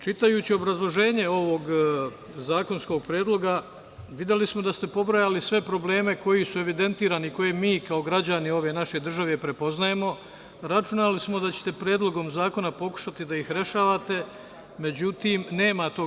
Čitajući obrazloženje ovog zakonskog predloga, videli smo da ste pobrojali sve probleme koji su evidentirani, koje mi kao građani ove naše države prepoznajemo, računali smo da ćete predlogom zakona pokušati da ih rešavate, međutim nema tog.